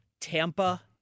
Tampa